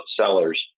sellers